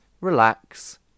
relax